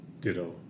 Ditto